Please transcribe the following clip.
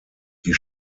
die